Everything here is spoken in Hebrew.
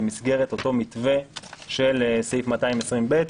במסגרת אותו מתווה של סעיף 220ב,